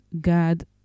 God